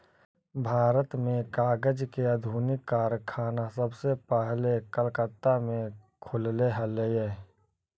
भारत में कागज के आधुनिक कारखाना सबसे पहले कलकत्ता में खुलले हलइ